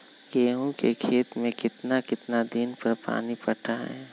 गेंहू के खेत मे कितना कितना दिन पर पानी पटाये?